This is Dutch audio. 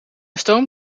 stoom